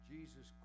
Jesus